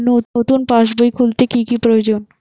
নতুন পাশবই খুলতে কি কি প্রয়োজন?